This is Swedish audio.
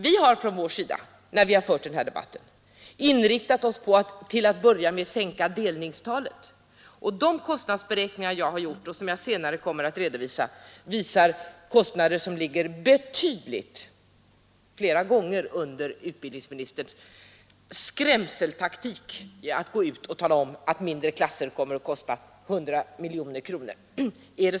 Vi har från vår sida inriktat oss på att till en början sänka delningstalet. De kostnadsberäkningar som jag har gjort och som jag senare kommer att redovisa visar kostnader som ligger flera gånger under de siffror som utbildningsministern nämnt i sin skrämseltaktik, då han talat om att mindre klasser kommer att kosta 100 miljoner kronor mer.